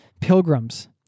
pilgrims